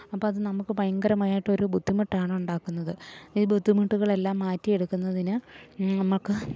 അപ്പം അത് നമുക്ക് ഭയങ്കരമായിട്ടൊരു ബുദ്ധിമുട്ടാണുണ്ടാക്കുന്നത് ഈ ബുദ്ധിമുട്ടുകളെല്ലാം മാറ്റിയെടുക്കുന്നതിന് നമുക്ക്